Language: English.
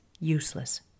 useless